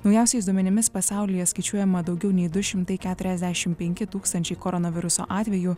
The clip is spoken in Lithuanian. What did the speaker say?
naujausiais duomenimis pasaulyje skaičiuojama daugiau nei du šimtai keturiasdešim penki tūkstančiai koronaviruso atvejų